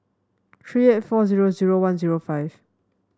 three eight four zero zero one zero five